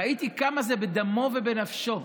ראיתי כמה זה בדמו ובנפשו.